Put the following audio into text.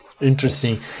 Interesting